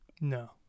no